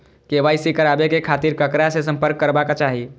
KYC कराबे के खातिर ककरा से संपर्क करबाक चाही?